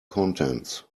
contents